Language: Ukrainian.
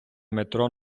метро